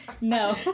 No